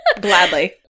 Gladly